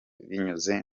binyuze